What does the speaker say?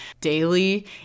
daily